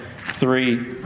three